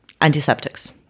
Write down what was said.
antiseptics